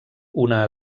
una